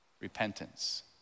Repentance